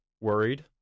worried